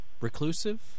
reclusive